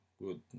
good